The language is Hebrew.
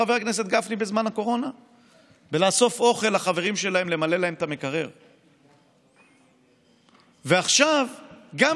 של חבר הכנסת מיקי לוי וקבוצת סיעת הרשימה המשותפת אחרי סעיף 6 לא